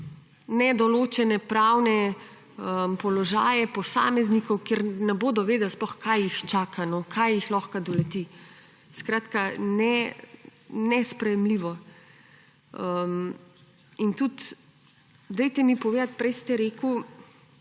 nedoločene pravne položaje posameznikov, kjer ne bodo vedeli sploh, kaj jih čaka, kaj jih lahko doleti. Skratka, nesprejemljivo. Tudi mi povejte, prej ste rekli,